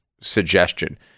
suggestion